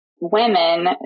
women